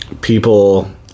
people